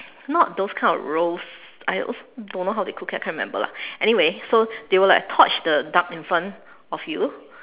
not those kind of roast I also don't know how they cook it I can't remember lah anyway so like they will torch the duck in front of you